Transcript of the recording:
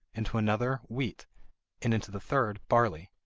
into another wheat, and into the third barley.